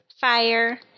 fire